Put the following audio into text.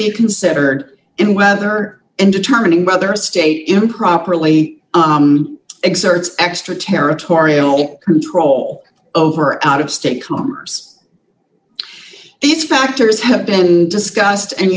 be considered and whether in determining whether a state improperly exerts extra territorial control over an out of state commerce these factors have been discussed and